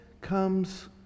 comes